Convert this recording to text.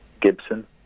Gibson